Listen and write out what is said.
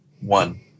one